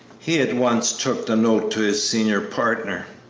he at once took the note to his senior partner.